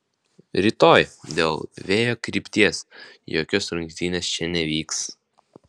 rytoj dėl vėjo krypties jokios rungtynės čia nevyks